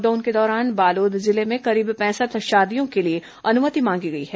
lockdown के दौरान बालोद जिले में करीब पैंसठ शादियों के लिए अनुमति मांगी गई है